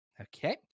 Okay